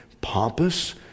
pompous